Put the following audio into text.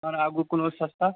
एकर आगू कोनो सस्ता